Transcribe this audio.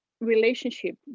relationship